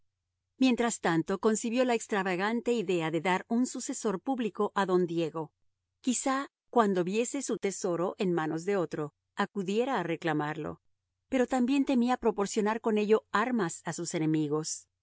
mientras tanto concibió la extravagante idea de dar un sucesor público a don diego quizá cuando viese su tesoro en manos de otro acudiera a reclamarlo pero también temía proporcionar con ello armas a sus enemigos